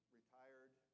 retired